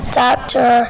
doctor